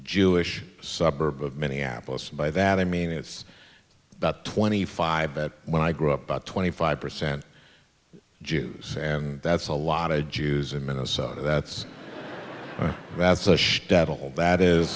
jewish suburb of minneapolis and by that i mean it's about twenty five but when i grew up about twenty five percent jews and that's a lot of jews in minnesota that's that's a